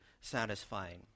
satisfying